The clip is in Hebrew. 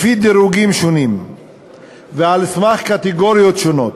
לפי דירוגים שונים ועל סמך קטגוריות שונות,